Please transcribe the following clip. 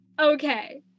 Okay